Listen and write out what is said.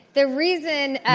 the reason ah